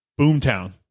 Boomtown